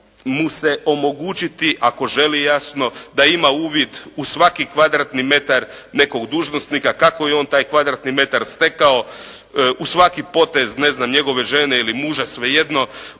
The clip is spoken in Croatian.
mu se omogućiti, ako želi jasno da ima uvid u svaki kvadratni metar nekog dužnosnika, kako je on taj kvadratni metar stekao, u svaki potez ne znam, njegove žene ili muža svejedno,